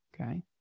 okay